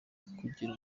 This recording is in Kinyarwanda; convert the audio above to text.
kugira